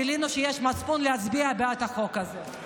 גילינו שיש מצפון להצביע בעד החוק הזה.